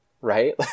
right